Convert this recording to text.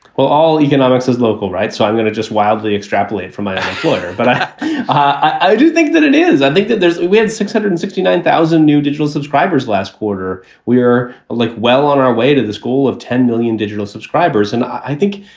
well, all economics is local, right so i'm going to just wildly extrapolate from my employer. but i i do think that it is i think that we had six hundred and sixty nine thousand new digital subscribers last quarter. we are like well on our way to the school of ten million digital subscribers. and i think,